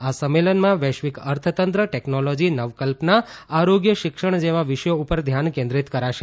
આ સંમેલનમાં વૈશ્વિક અર્થતંત્ર ટેકનોલોજી નવકલ્પના આરોગ્ય શિક્ષણ જેવા વિષયો ઉપર ધ્યાન કેન્દ્રીત કરાશે